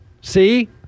See